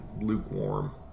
lukewarm